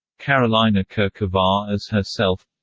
karolina kurkova as herself